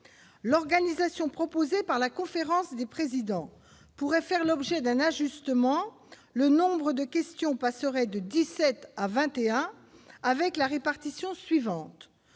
l'organisation proposée par la conférence des présidents pourraient faire l'objet d'un ajustement, le nombre de questions passerait de 17 à 21 avec la répartition suivante